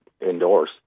indoors